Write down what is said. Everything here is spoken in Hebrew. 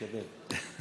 תקבל.